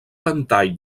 ventall